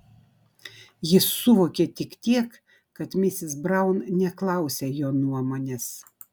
jis suvokė tik tiek kad misis braun neklausia jo nuomonės